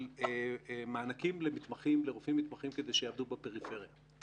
של מענקים לרופאים מתמחים כדי שיעבדו בפריפריה,